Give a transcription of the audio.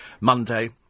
Monday